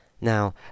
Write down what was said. Now